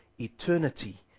eternity